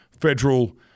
federal